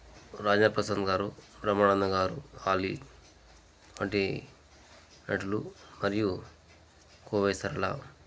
రాజేంద్రప్రసాద్ గారు బ్రహ్మానందం గారు ఆలీ వంటి నటులు మరియు కోవై సరళ